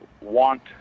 want